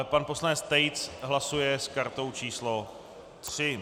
Pan poslanec Tejc hlasuje s kartou číslo 3.